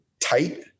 tight